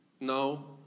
No